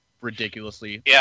ridiculously